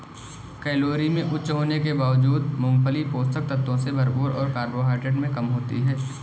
calorie में उच्च होने के बावजूद, मूंगफली पोषक तत्वों से भरपूर और कार्बोहाइड्रेट में कम होती है